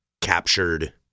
captured